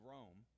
Rome